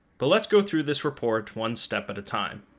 but let's go through this report one step at a time